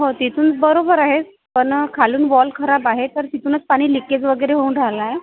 हो तिथून बरोबर आहे पण खालून वॉल खराब आहे तर तिथूनच पाणी लिकेज वगैरे होऊन राहिलं आहे